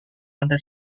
lantai